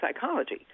psychology